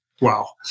Wow